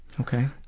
Okay